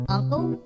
Uncle